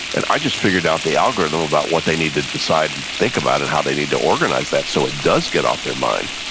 and i just figured out the algorithm about what they need to decide to and think about and how they need to organize that so it does get off their mind.